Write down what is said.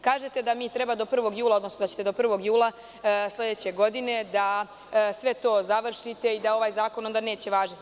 Kažete da mi treba do 1. jula, odnosno da ćete do 1. jula sledeće godine da sve to završite i da ovaj zakon onda neće važiti.